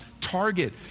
target